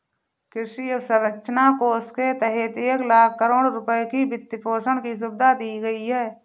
कृषि अवसंरचना कोष के तहत एक लाख करोड़ रुपए की वित्तपोषण की सुविधा दी गई है